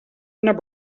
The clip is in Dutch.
naar